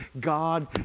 god